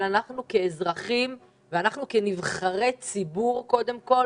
אבל אנחנו כאזרחים ואנחנו כנבחרי ציבור, קודם כול